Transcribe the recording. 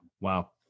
Wow